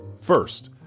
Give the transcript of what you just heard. first